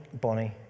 Bonnie